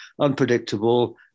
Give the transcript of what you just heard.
unpredictable